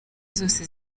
zose